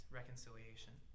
reconciliation